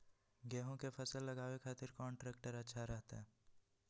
गेहूं के फसल लगावे खातिर कौन ट्रेक्टर अच्छा रहतय?